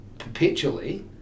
perpetually